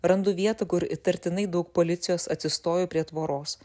randu vietą kur įtartinai daug policijos atsistoju prie tvoros